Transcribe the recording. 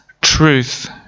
truth